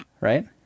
Right